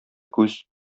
күз